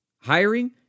Hiring